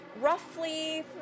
roughly